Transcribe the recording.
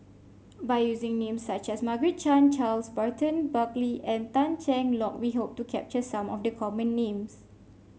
by using names such as Margaret Chan Charles Burton Buckley and Tan Cheng Lock we hope to capture some of the common names